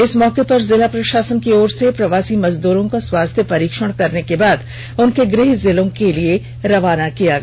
इस मौके पर जिला प्रषासन की ओर से प्रवासी मजदूरों का स्वास्थ्य परीक्षण करने के बाद उनके गृह जिलों के लिए रवान किया गया